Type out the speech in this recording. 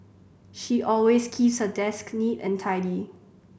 she always keeps her desk neat and tidy